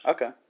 Okay